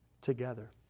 together